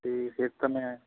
ਅਤੇ ਫਿਰ ਤਾਂ ਮੈਂ